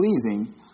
pleasing